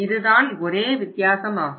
இதுதான் ஒரே வித்தியாசமாகும்